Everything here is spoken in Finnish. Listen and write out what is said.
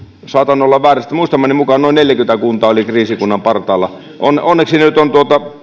saatan olla väärässä muistamani mukaan noin neljäkymmentä kuntaa oli kriisikunnan partaalla onneksi nyt on